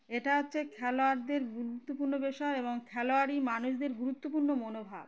এটা হচ্ছে খেলোয়াড়দের গুরুত্বপূর্ণ বিষয় এবং খেলোয়াড়ি মানুষদের গুরুত্বপূর্ণ মনোভাব